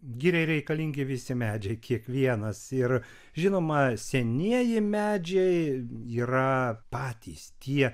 giriai reikalingi visi medžiai kiekvienas ir žinoma senieji medžiai yra patys tie